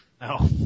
No